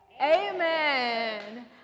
amen